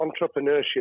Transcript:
entrepreneurship